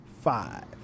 five